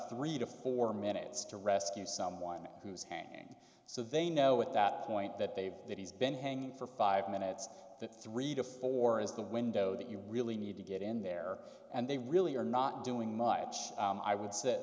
three to four minutes to rescue someone who is hanging so they know at that point that they that he's been hanging for five minutes that three to four is the window that you really need to get in there and they really are not doing much i would say